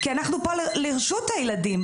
כי אנחנו פה לרשות הילדים,